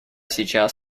сейчас